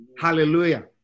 Hallelujah